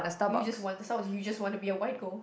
you just want somehow you just wanna be a white girl